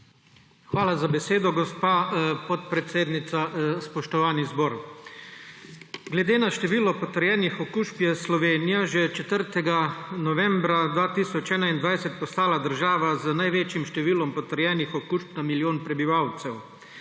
Hvala za besedo, gospa podpredsednica. Spoštovani zbor! Glede na število potrjenih okužb je Slovenija že 4. novembra 2021 postala država z največjim številom potrjenih okužb na milijon prebivalcev.